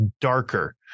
darker